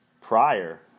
prior